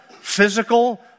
physical